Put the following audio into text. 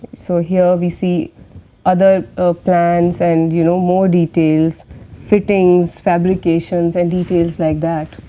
so, here we see other plans and you know more details fittings, fabrications and details like that.